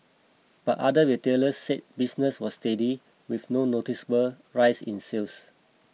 but other retailers said business was steady with no noticeable rise in sales